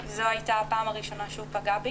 זו הייתה הפעם הראשונה שהוא פגע בי,